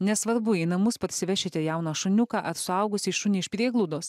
nesvarbu į namus parsivešite jauną šuniuką ar suaugusį šunį iš prieglaudos